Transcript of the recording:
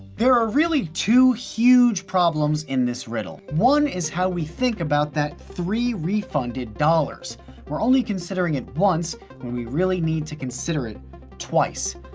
there are really two huge problems in this riddle. one is how we think about that three dollars refunded dollars we're only considering it once when we really need to consider it twice.